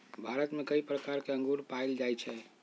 भारत में कई प्रकार के अंगूर पाएल जाई छई